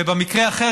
ובמקרה אחר,